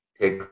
take